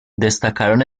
destacaron